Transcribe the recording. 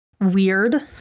weird